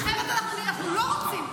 -- אחרת אנחנו לא רוצים.